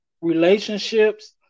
relationships